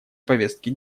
повестке